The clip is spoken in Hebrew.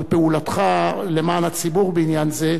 על פעולתך למען הציבור בעניין זה,